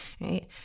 right